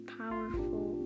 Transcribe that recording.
powerful